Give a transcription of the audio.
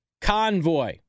Convoy